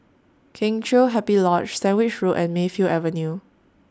Kheng Chiu Happy Lodge Sandwich Road and Mayfield Avenue